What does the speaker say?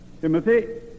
Timothy